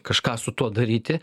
kažką su tuo daryti